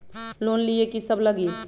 Loan लिए की सब लगी?